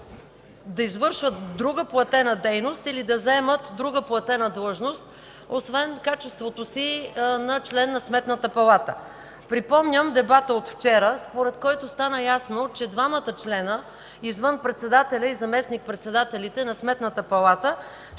да извършват друга платена дейност или да заемат друга платена длъжност, освен качеството си на член на Сметната палата. Припомням дебата от вчера, според който стана ясно, че двамата члена, извън председателя и заместник-председателите на Сметната палата,